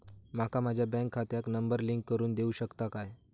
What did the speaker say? माका माझ्या बँक खात्याक नंबर लिंक करून देऊ शकता काय?